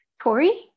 Tori